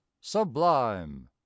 sublime